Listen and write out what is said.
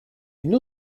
une